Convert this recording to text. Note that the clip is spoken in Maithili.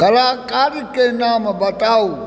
कलाकारके नाम बताउ